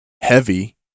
heavy